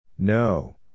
No